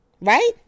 right